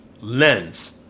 lens